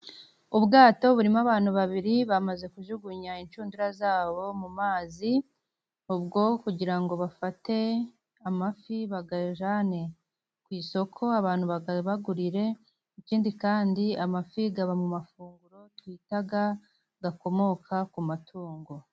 Ubwato burimo abantu babiri bamaze kujugunya inshundura zabo mu mazi, ubwo kugira ngo bafate amafi bayajyane ku isoko abantu bayabagurire. Ikindi kandi amafi aba mu mafunguro twita ko akomoka ku matungo.